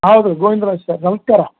ಹೌದು ಗೋವಿಂದರಾಜ್ ಸರ್ ನಮಸ್ಕಾರ